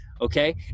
Okay